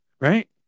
Right